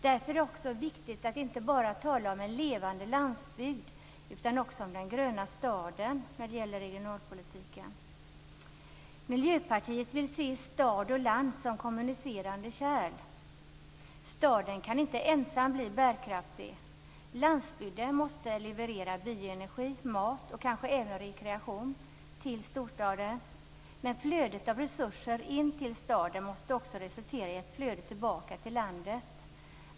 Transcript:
Därför är det också viktigt att inte bara tala om en levande landsbygd, utan också om "den gröna staden" när det gäller regionalpolitiken. Miljöpartiet vill se stad och land som kommunicerande kärl. Staden kan inte ensam bli bärkraftig. Landsbygden måste leverera bioenergi, mat och kanske även rekreation till storstaden. Men flödet av resurser in till staden måste också resultera i ett flöde tillbaka till landsbygden.